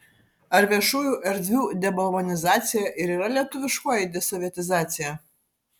ar viešųjų erdvių debalvonizacija ir yra lietuviškoji desovietizacija